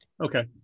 Okay